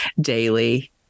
daily